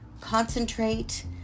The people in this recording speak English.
concentrate